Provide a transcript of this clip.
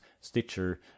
Stitcher